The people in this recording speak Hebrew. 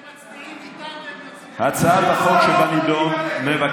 אתם מצביעים איתם והם יוצאים, נא